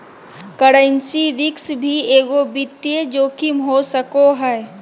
currency risk भी एगो वित्तीय जोखिम हो सको हय